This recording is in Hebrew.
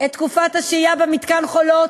את תקופת השהייה במתקן "חולות"